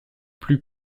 plus